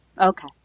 Okay